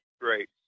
great